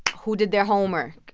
who did their homework?